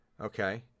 Okay